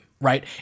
right